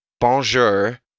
Bonjour